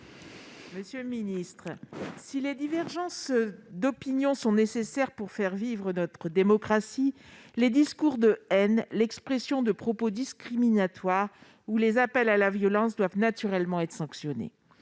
Monsieur le secrétaire d'État, si les divergences d'opinions sont nécessaires pour faire vivre notre démocratie, les discours de haine, l'expression de propos discriminatoires ou les appels à la violence doivent naturellement être sanctionnés.